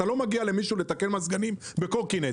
אתה לא מגיע למישהו כדי לתקן מזגנים על קורקינט